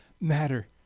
matter